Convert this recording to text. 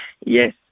Yes